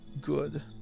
good